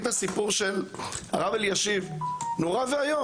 השוטרים הושעו?